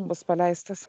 bus paleistas